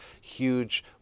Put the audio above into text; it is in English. huge